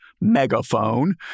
megaphone